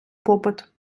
попит